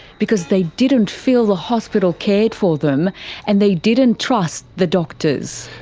because they didn't feel the hospital cared for them and they didn't trust the doctors.